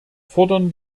fordern